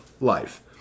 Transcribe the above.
life